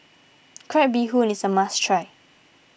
Crab Bee Hoon is a must try